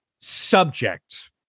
subject